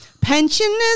Pensioners